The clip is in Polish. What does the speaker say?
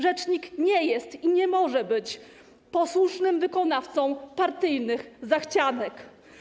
Rzecznik nie jest i nie może być posłusznym wykonawcą partyjnych zachcianek.